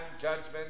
judgment